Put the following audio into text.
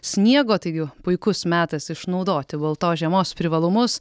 sniego taigi puikus metas išnaudoti baltos žiemos privalumus